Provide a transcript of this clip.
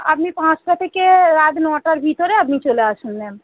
আপনি পাঁচটা থেকে রাত নটার ভিতরে আপনি চলে আসুন ম্যাম